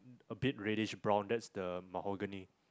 a bit reddish brown that's the Mahogany